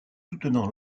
soutenant